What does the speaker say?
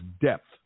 depth